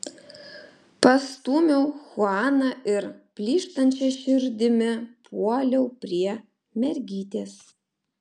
pastūmiau chuaną ir plyštančia širdimi puoliau prie mergytės